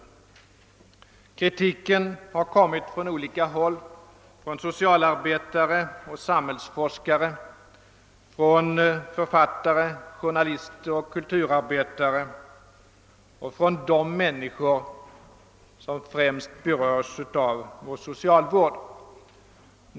Den kritiken har kommit från olika håll, från socialarbetare och <samhällsforskare, från författare, journalister och kulturarbetare samt från de människor som främst beröres av socialvården.